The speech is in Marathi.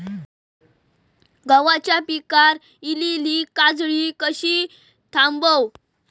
गव्हाच्या पिकार इलीली काजळी कशी थांबव?